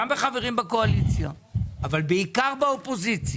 גם בין חברים בקואליציה, אבל בעיקר באופוזיציה,